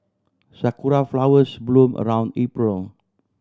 sakura flowers bloom around April